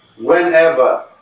Whenever